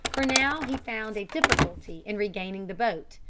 for now he found a difficulty in regaining the boat.